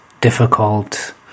Difficult